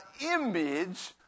image